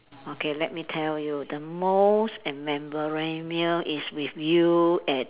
okay let me tell you the most memorable is with you at